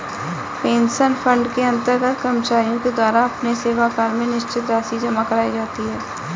pension fund के अंतर्गत कर्मचारियों के द्वारा अपने सेवाकाल में निश्चित राशि जमा कराई जाती है